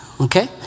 Okay